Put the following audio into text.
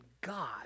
God